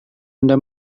anda